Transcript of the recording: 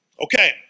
Okay